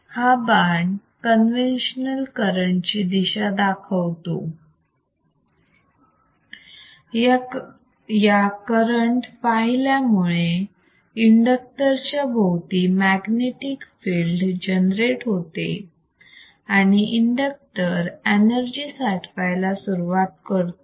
हा बाण conventional current ची दिशा दाखवतो या करंट वाहिल्या मुळे इंडक्टर च्या भोवती मॅग्नेटिक फिल्ड जनरेटर होते आणि इंडक्टर एनर्जी साठवायला सुरुवात करतो